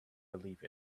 believe